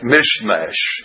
Mishmash